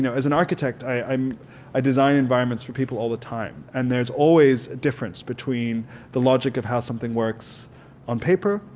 as an architect i um i design environments for people all the time and there's always a difference between the logic of how something works on paper,